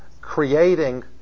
creating